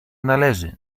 należy